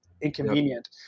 inconvenient